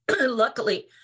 luckily